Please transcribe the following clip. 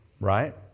Right